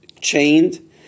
chained